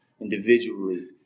individually